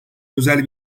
özel